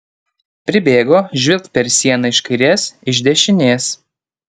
pribėgo žvilgt per sieną iš kairės iš dešinės